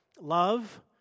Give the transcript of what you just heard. love